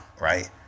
right